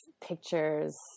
pictures